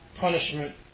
punishment